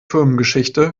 firmengeschichte